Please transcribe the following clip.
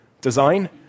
design